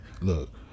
Look